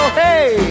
hey